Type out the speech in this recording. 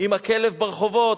עם הכלב ברחובות,